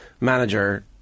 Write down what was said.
manager